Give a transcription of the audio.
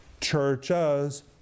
churches